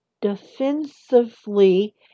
defensively